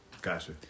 Gotcha